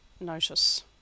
notice